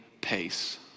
pace